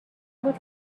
بود